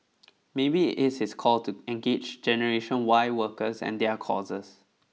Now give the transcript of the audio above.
maybe it is his call to engage Generation Y workers and their causes